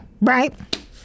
right